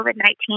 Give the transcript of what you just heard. COVID-19